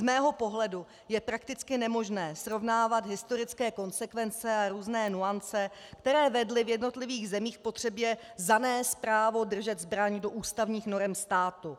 Z mého pohledu je prakticky nemožné srovnávat historické konsekvence a různé nuance, které vedly v jednotlivých zemích k potřebě zanést právo držet zbraň do ústavních norem státu.